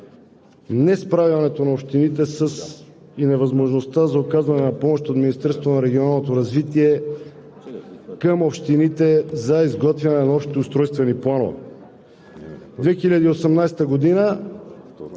несправянето на общините и невъзможността за оказване на помощ от Министерството на регионалното развитие към общините за изготвяне на общи устройствени планове.